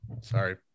Sorry